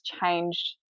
changed